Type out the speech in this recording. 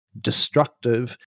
destructive